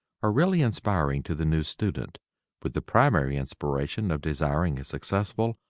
are really inspiring to the new student with the primary inspiration of desiring a successful,